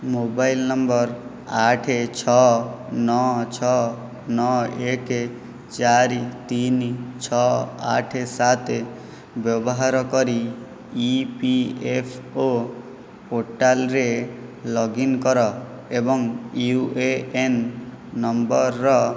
mobile number ଆଠ ଛଅ ନଅ ଛଅ ନଅ ଏକ ଚାରି ତିନି ଛଅ ଆଠ ସାତ ବ୍ୟବହାର କରି ଇ ପି ଏଫ୍ ଓ ପୋର୍ଟାଲ୍ରେ ଲଗ୍ ଇନ୍ କର ଏବଂ ୟୁ ଏ ଏନ୍ ନମ୍ବରର